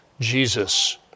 Jesus